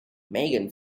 megan